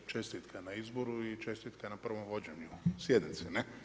Čestitka na izboru i čestitka na prvom vođenju sjednice.